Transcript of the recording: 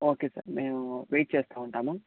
okay sir మేము wait చేస్తూ ఉంటాము